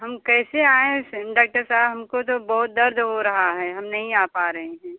हम कैसे आएं डाक्टर साहब हमको तो बहुत दर्द हो रहा है हम नहीं आ पा रहे हैं